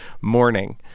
Morning